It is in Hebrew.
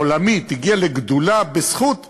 העולמית הגיעה לגדולה בזכות ה"קופקסון",